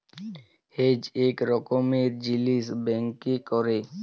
hedge ইক রকমের জিলিস ব্যাংকে ক্যরে